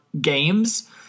games